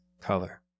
color